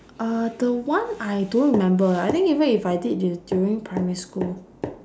uh the one I don't remember I think even if I did it it was during primary school